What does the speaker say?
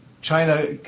China